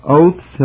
oaths